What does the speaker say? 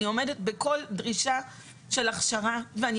אני עומדת בכל דרישה של הכשרה ואני